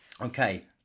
Okay